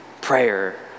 prayer